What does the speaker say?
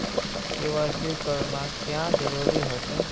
KYC करना क्याँ जरुरी होचे?